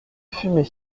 fumer